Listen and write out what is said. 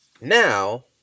Now